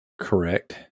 Correct